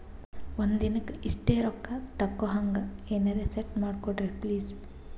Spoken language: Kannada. ಒಂದಿನಕ್ಕ ಇಷ್ಟೇ ರೊಕ್ಕ ತಕ್ಕೊಹಂಗ ಎನೆರೆ ಸೆಟ್ ಮಾಡಕೋಡ್ರಿ ಪ್ಲೀಜ್?